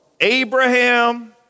Abraham